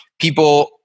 people